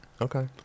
okay